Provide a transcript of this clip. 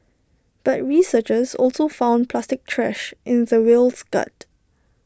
but researchers also found plastic trash in the whale's gut